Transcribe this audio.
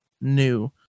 new